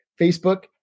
facebook